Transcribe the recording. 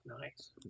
Nice